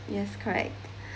yes correct